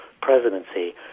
presidency